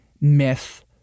myth